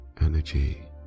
energy